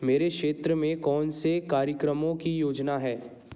मेरे क्षेत्र में कौन से कार्यक्रमों की योजना है